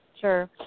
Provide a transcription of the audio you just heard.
Sure